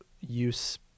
use